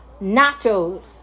nachos